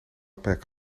plek